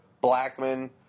Blackman